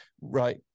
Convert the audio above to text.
Right